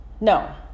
no